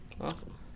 Awesome